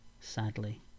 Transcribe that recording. sadly